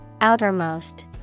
Outermost